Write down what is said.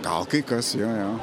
gal kai kas joje